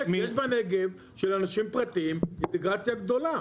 יש בנגב של אנשים פרטיים אינטגרציה גדולה.